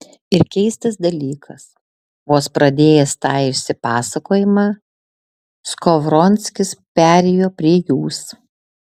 ir keistas dalykas vos pradėjęs tą išsipasakojimą skovronskis perėjo prie jūs